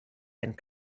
and